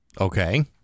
Okay